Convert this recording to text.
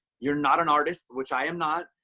you're not an artist, which i am not.